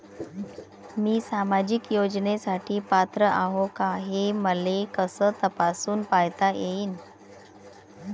मी सामाजिक योजनेसाठी पात्र आहो का, हे मले कस तपासून पायता येईन?